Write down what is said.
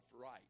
right